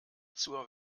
zur